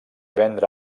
vendre